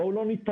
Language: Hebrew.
בואו לא ניתמם,